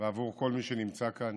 ועבור כל מי שנמצא כאן